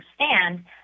understand